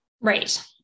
Right